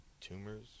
tumors